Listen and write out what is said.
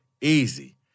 easy